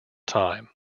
time